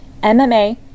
MMA